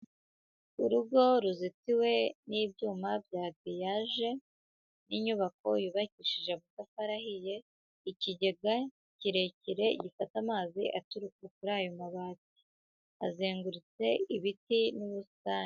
Urugo ruzitiwe n'ibyuma bya giriyaje n'inyubako yubakishije amatafari ahiye, ikigega kirekire gifata amazi aturuka kuri ayo mabati, azengurutse ibiti n'ubusitani.